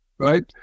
right